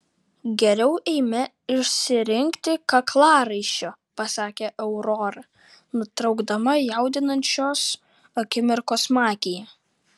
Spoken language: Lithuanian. geriau eime išsirinkti kaklaraiščio pasakė aurora nutraukdama jaudinančios akimirkos magiją